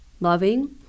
loving